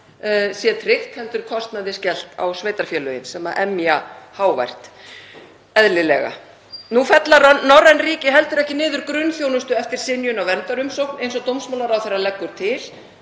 sé tryggt heldur kostnaði skellt á sveitarfélögin sem nú emja hávært, eðlilega? Nú fella norræn ríki heldur ekki niður grunnþjónustu eftir synjun á verndarumsókn eins og dómsmálaráðherra leggur til.